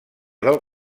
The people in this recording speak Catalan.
del